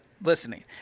listening